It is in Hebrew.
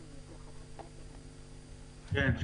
כן.